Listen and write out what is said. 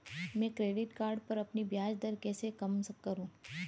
मैं credit card पर अपनी ब्याज दरें कैसे कम करूँ?